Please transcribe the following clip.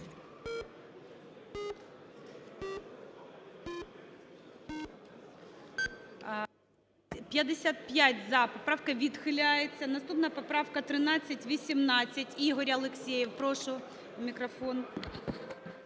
За-55 Поправка відхиляється. Наступна поправка - 1318, Ігор Алексєєв. Прошу мікрофон.